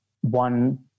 one